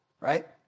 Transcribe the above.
right